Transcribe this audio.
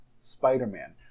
spider-man